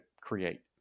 create